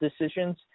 decisions